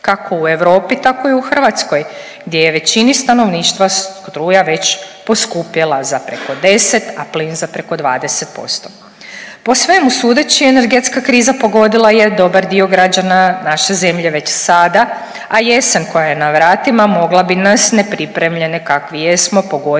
kako u Europi tako i u Hrvatskoj gdje je većini stanovništva struja već poskupjela za preko 10, a plin za preko 20%. Po svemu sudeći energetska kriza pogodila je dobar dio građana naše zemlje već sada, a jesen koja je na vratima mogla bi nas nepripremljene kakvi jesmo pogoditi